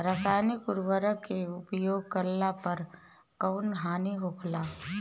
रसायनिक उर्वरक के उपयोग कइला पर कउन हानि होखेला?